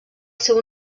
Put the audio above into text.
seu